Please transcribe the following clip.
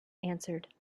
answered